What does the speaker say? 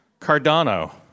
Cardano